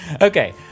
Okay